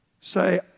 say